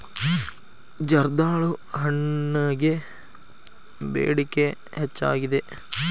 ಜರ್ದಾಳು ಹಣ್ಣಗೆ ಬೇಡಿಕೆ ಹೆಚ್ಚಾಗಿದೆ